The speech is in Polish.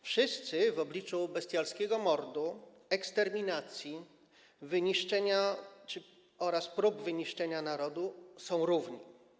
Wszyscy w obliczu bestialskiego mordu, eksterminacji, wyniszczenia oraz prób wyniszczenia narodu są równi.